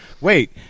Wait